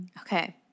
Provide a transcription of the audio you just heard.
okay